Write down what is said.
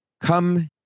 come